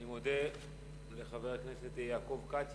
אני מודה לחבר הכנסת יעקב כץ.